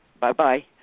Bye-bye